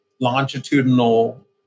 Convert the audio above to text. longitudinal